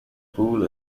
pool